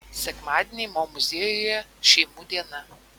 sekmadieniai mo muziejuje šeimų diena